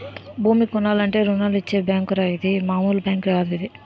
భూమి కొనాలంటే రుణాలిచ్చే బేంకురా ఇది మాములు బేంకు కాదు